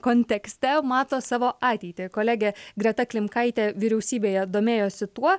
kontekste mato savo ateitį kolegė greta klimkaitė vyriausybėje domėjosi tuo